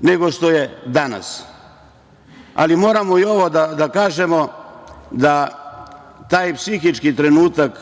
nego što je danas. Moram i ovo da kažem, taj psihički trenutak